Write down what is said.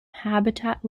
habitat